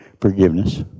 forgiveness